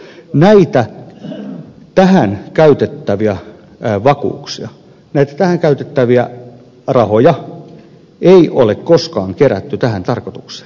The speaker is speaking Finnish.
näitä tähän käytettäviä vakuuksia näitä tähän käytettäviä rahoja ei ole koskaan kerätty tähän tarkoitukseen